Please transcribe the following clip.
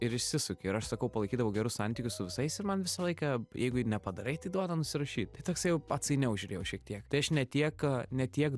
ir išsisuki ir aš sakau palaikydavau gerus santykius su visais ir man visą laiką jeigu ir nepadarai tai duoda nusirašyt tai toksai jau atsainiau žiūrėjau šiek tiek tai aš ne tiek ne tiek